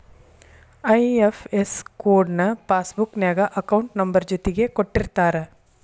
IFS code ನ passbook ನ್ಯಾಗ account number ಜೊತಿಗೆ ಕೊಟ್ಟಿರ್ತಾರ